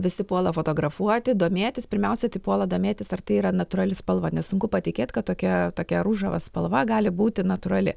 visi puola fotografuoti domėtis pirmiausia puola domėtis ar tai yra natūrali spalva nes sunku patikėt kad tokia tokia ružava spalva gali būti natūrali